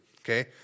okay